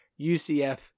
UCF